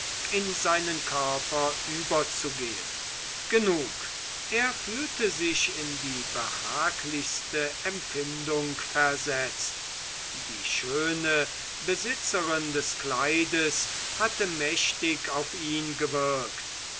in seinen körper überzugehen genug er fühlte sich in die behaglichste empfindung versetzt die schöne besitzerin des kleides hatte mächtig auf ihn gewirkt